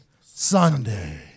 Sunday